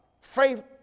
faith